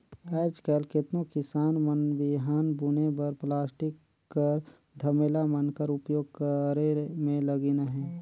आएज काएल केतनो किसान मन बीहन बुने बर पलास्टिक कर धमेला मन कर उपियोग करे मे लगिन अहे